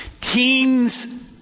Teens